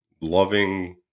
loving